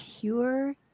pure